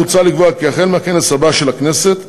מוצע לקבוע כי מהכנס הבא של הכנסת,